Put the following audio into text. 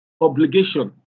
obligation